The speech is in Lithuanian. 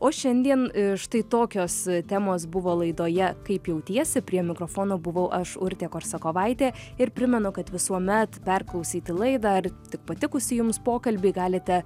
o šiandien štai tokios temos buvo laidoje kaip jautiesi prie mikrofono buvau aš urtė korsakovaitė ir primenu kad visuomet perklausyti laidą tik patikusį jums pokalbį galite